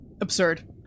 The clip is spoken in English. Absurd